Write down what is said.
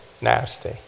nasty